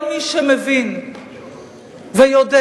כל מי שמבין ויודע,